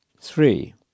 three